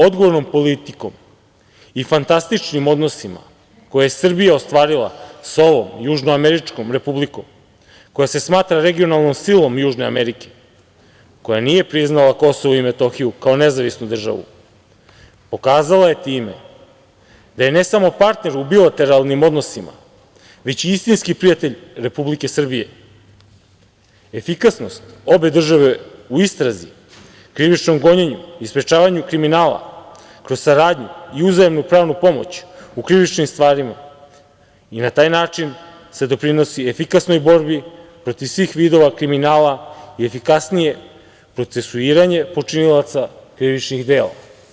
Odgovornom politikom i fantastičnim odnosima koja je Srbija ostvarila sa ovom južnoameričkom republikom, koja se smatra regionalnom silom Južne Amerike, koja nije priznala Kosovo i Metohiju, kao nezavisnu državu, pokazala je time da je, ne samo partner u bilateralnim odnosima, već istinski prijatelj Republike Srbije efikasnost obe države u istrazi, krivičnom gonjenju i sprečavanju kriminala, kroz saradnju i uzajamnu pravnu pomoć u krivičnim stvarima i na taj način se doprinosi efikasnoj borbi protiv svih vidova kriminala i efikasnije procesuiranje počinilaca krivičnih dela.